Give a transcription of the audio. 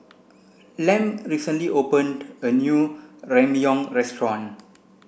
Lem recently opened a new Ramyeon restaurant